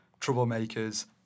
troublemakers